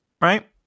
right